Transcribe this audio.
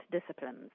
disciplines